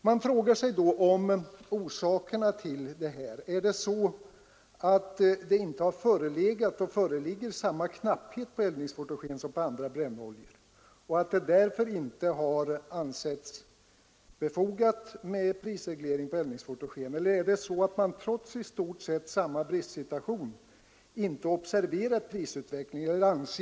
Man frågar sig då vilka orsakerna till detta är. Är det så att det inte har förelegat och föreligger samma knapphet på eldningsfotogen som på andra brännoljor och att det därför inte har ansetts befogat med prisreglering på eldningsfotogen? Eller är det så att man trots i stort sett samma bristsituation inte observerat prisutvecklingen när det gäller eldningsfotogen?